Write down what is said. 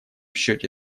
счете